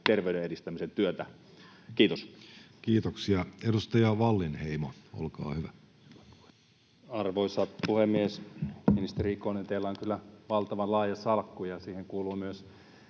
terveyden edistämisen työtä. — Kiitos. Kiitoksia. — Edustaja Wallinheimo, olkaa hyvä. Arvoisa puhemies! Ministeri Ikonen, teillä on kyllä valtavan laaja salkku, ja siihen kuuluvat myös